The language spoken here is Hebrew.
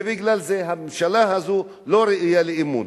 ובגלל זה הממשלה הזאת לא ראויה לאמון.